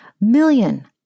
million